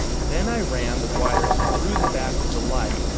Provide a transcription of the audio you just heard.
then i ran the wires through the back of the light.